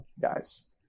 guys